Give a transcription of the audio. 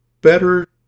better